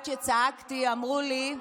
לי, פעם אחת כשצעקתי אמרו לי: